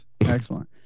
excellent